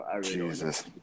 Jesus